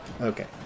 Okay